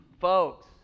Folks